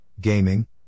gaming